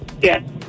Yes